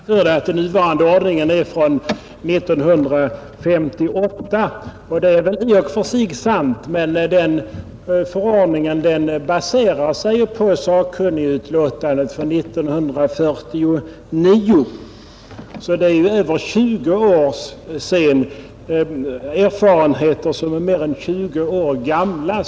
Herr talman! Herr Källstad sade att den nuvarande förordningen är från 1958, och det är i och för sig sant, men den förordningen baserar sig på ett sakkunnigutlåtande från 1949. Den bygger alltså på erfarenheter som är mer än 20 år gamla.